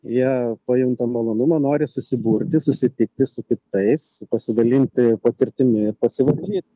jie pajunta malonumą nori susiburti susitikti su kitais pasidalinti patirtimi pasivaržyti